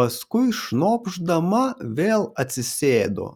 paskui šnopšdama vėl atsisėdo